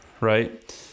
right